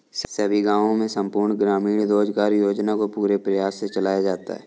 सभी गांवों में संपूर्ण ग्रामीण रोजगार योजना को पूरे प्रयास से चलाया जाता है